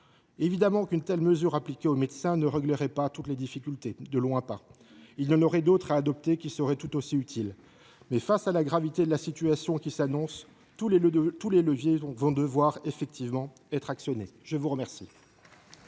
Évidemment, une telle mesure appliquée aux médecins ne réglerait pas toutes les difficultés, tant s’en faut. Il y en aurait d’autres à adopter qui seraient tout aussi utiles, mais face à la gravité de la situation qui s’annonce, tous les leviers vont devoir effectivement être actionnés. La parole